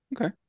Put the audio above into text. Okay